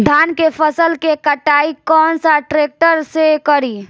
धान के फसल के कटाई कौन सा ट्रैक्टर से करी?